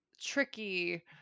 tricky